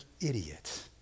idiot